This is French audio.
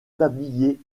tablier